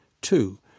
Two